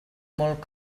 molt